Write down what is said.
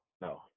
No